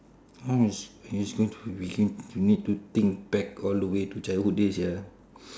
mine is is need we ca~ you need to think back all the way to childhood days sia